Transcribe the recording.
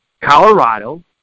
Colorado